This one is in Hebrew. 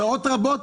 שעות רבות,